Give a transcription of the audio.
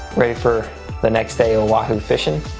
ready for the next day of wahoo fishing.